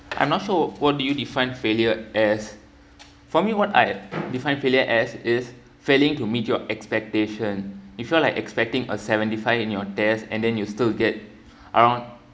I'm not sure what do you define failure as for me what I defined failure as is failing to meet your expectation you feel like expecting a seventy five in your test and then you still get around